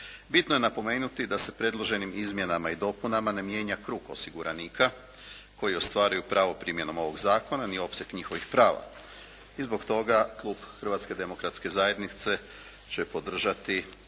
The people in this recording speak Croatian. Bitno je napomenuti da se predloženim izmjenama i dopunama ne mijenja krug osiguranika koji ostvaruju pravo primjenom ovog zakona ni opseg njihovih prava i zbog toga klub Hrvatske demokratske zajednice će podržati